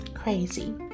crazy